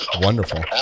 wonderful